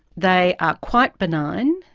they are quite benign,